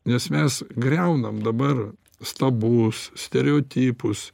nes mes griaunam dabar stabus stereotipus